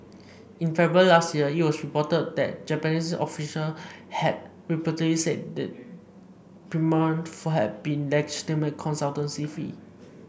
in February last year it was reported that Japanese official had repeatedly said the payment for had been legitimate consultancy fee